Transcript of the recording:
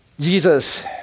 Jesus